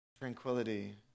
tranquility